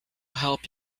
help